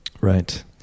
Right